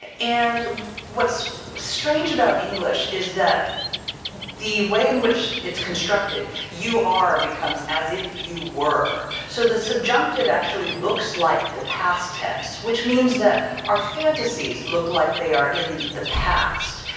and what's strange about english is that the way in which it's constructed you are becomes as if you were so the subjunctive actually looks like the past tense which means that our fantasies look like they are in the past.